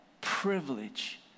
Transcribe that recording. privilege